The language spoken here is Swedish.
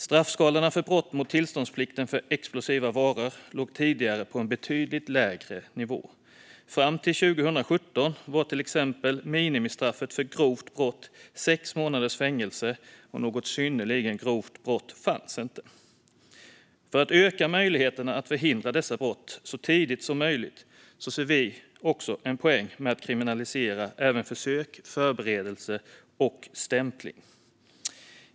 Straffskalorna för brott mot tillståndsplikten för explosiva varor låg tidigare på en betydligt lägre nivå. Fram till 2017 var till exempel minimistraffet för grovt brott sex månaders fängelse, och något synnerligen grovt brott fanns inte. För att öka möjligheterna att förhindra dessa brott så tidigt som möjligt ser vi också en poäng med att kriminalisera även försök, förberedelse och stämpling.